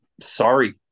Sorry